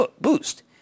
boost